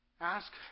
ask